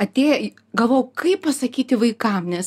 atėj galvojau kaip pasakyti vaikam nes